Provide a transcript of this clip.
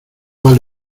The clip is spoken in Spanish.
vale